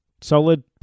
solid